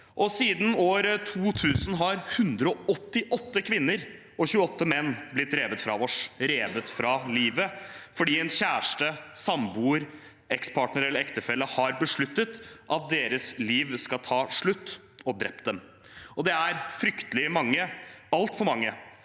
Siden år 2000 har 188 kvinner og 28 menn blitt revet fra oss, revet fra livet fordi en kjæreste, samboer, ekspartner eller ektefelle har besluttet at deres liv skal ta slutt, og drept dem. Det er fryktelig mange, altfor mange,